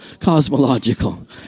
Cosmological